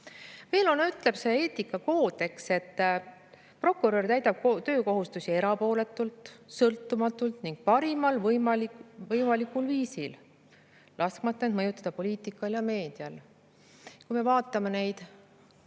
Veel ütleb see eetikakoodeks, et prokurör täidab töökohustusi erapooletult, sõltumatult ning parimal võimalikul viisil, laskmata end mõjutada poliitikal ja meedial. Kui me vaatame neid